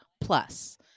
Plus